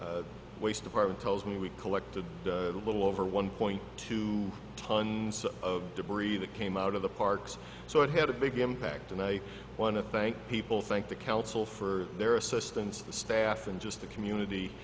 waste department tells me we collected a little over one point two tons of debris that came out of the parks so it had a big impact and i want to thank people thank the council for their assistance the staff and just the community